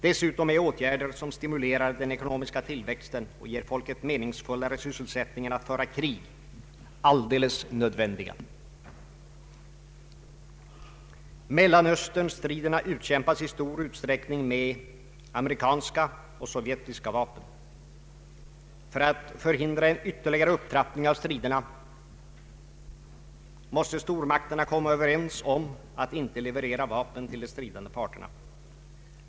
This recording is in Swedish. Dessutom är åtgärder som stimulerar den ekonomiska tillväxten och ger folket meningsfullare sysselsättning än att föra krig alldeles nödvändiga. Mellanösternstriderna utkämpas i stor utsträckning med amerikanska och sovjetiska vapen. För att förhindra en ytterligare upptrappning av striderna måste stormakterna komma överens om att inte leverera vapen till de stridande parterna.